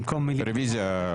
ארבעה.